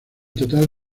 total